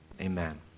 Amen